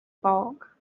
bulk